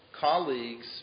colleagues